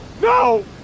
no